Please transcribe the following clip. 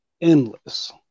endless